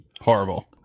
Horrible